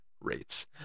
Rates